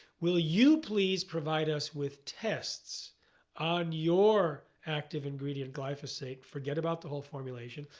will you please provide us with tests on your active ingredient, glyphosate? forget about the whole formulation.